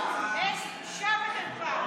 נא לשמור על השקט.